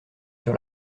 sur